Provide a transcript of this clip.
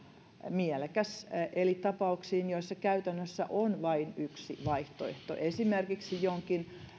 mielekästä eli tapauksiin joissa käytännössä on vain yksi vaihtoehto esimerkiksi jonkin